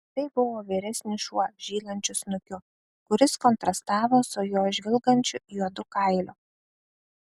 tai buvo vyresnis šuo žylančiu snukiu kuris kontrastavo su jo žvilgančiu juodu kailiu